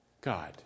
God